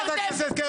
חברת הכנסת קרן ברק.